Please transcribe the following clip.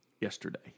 yesterday